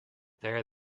there